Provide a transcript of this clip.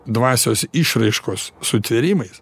dvasios išraiškos sutvėrimai